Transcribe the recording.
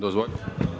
Dozvoljeno.